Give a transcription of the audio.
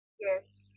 Yes